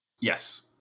Yes